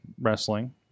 wrestling